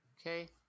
Okay